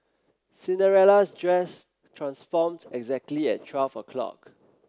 Cinderella's dress transformed exactly at twelve o'clock